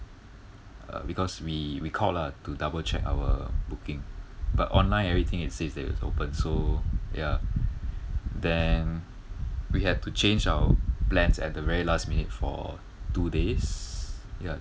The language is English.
uh because we we called lah to double check our booking but online everything it says that it was open so ya then we had to change our plans at the very last minute for two days ya